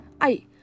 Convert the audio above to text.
I-